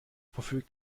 verfügt